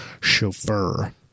Chauffeur